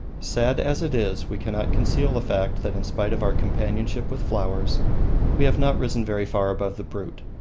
sad as it is, we cannot conceal the fact that in spite of our companionship with flowers we have not risen very far above the brute.